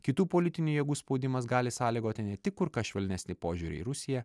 kitų politinių jėgų spaudimas gali sąlygoti ne tik kur kas švelnesnį požiūrį į rusiją